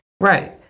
Right